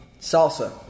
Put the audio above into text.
salsa